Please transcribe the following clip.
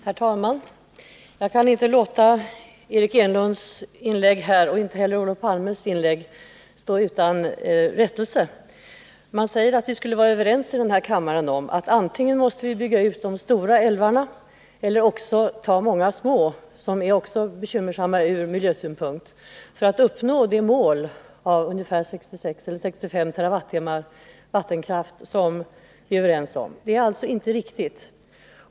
Herr talman! Jag kan inte låta Eric Enlunds inlägg och inte heller Olof Palmes stå utan rättelser. Det har sagts att vi skulle vara överens om här i kammaren att antingen måste vi bygga ut några stora älvar eller många små vattendrag, vilket också vore bekymmersamt ur miljösynpunkt, för att uppnå målet om ungefär 65 TWh vattenkraft. Det är nu inte riktigt.